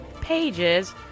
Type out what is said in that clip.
pages